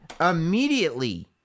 immediately